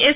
S